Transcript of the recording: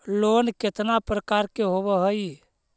Loan केतना प्रकार के होव हइ?